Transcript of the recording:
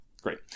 great